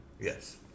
Yes